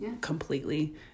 completely